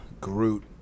Groot